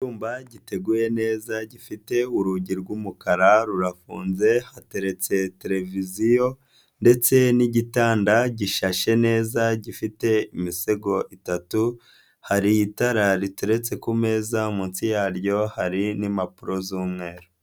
Icyumba giteguye neza gifite urugi rw'umukara rurafunze hateretse televiziyo ndetse n'igitanda gishashye neza gifite imisego itatu, hari itara riteretse ku meza munsi yaryo hari n'impapuro z'umweru.